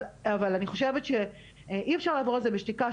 אבל אני חושבת שאי אפשר לעבור על זה בשתיקה,